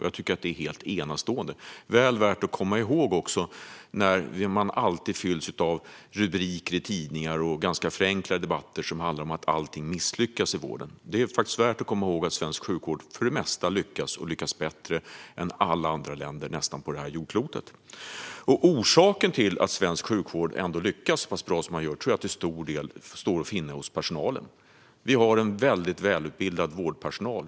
Jag tycker att detta är helt enastående, och det är väl värt att komma ihåg när man alltid möts av rubriker i tidningar och ganska förenklade debatter som handlar om att allting misslyckas i vården. Det är faktiskt värt att komma ihåg att svensk sjukvård för det mesta lyckas och att den lyckas bättre än nästan alla andra länder på detta jordklot. Bastjänstgöring för läkare Orsaken till att svensk sjukvård lyckas så bra som den gör tror jag till stor del står att finna hos personalen. Vi har en väldigt välutbildad vårdpersonal.